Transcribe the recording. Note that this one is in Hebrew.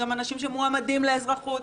גם אנשים שמועמדים לאזרחות